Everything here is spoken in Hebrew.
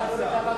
אין שר.